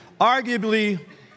Arguably